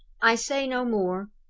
i say no more.